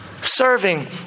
Serving